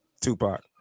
Tupac